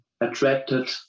attracted